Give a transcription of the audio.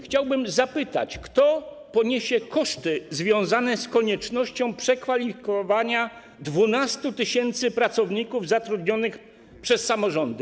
Chciałbym zapytać, kto poniesie koszty związane z koniecznością przekwalifikowania 12 tys. pracowników zatrudnionych przez samorządy.